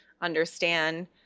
understand